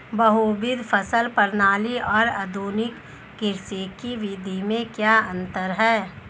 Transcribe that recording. बहुविध फसल प्रणाली और आधुनिक कृषि की विधि में क्या अंतर है?